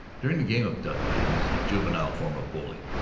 during the game of duck-pins, a juvenile form of bowling,